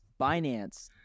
Binance